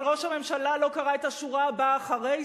אבל ראש הממשלה לא קרא את השורה הבאה אחרי זה,